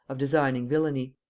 of designing villany.